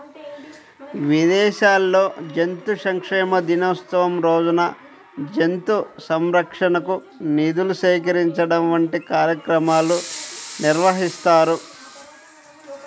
విదేశాల్లో జంతు సంక్షేమ దినోత్సవం రోజున జంతు సంరక్షణకు నిధులు సేకరించడం వంటి కార్యక్రమాలు నిర్వహిస్తారు